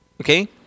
Okay